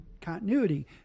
continuity